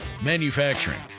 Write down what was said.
Manufacturing